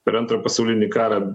per antrą pasaulinį karą